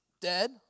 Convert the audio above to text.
dead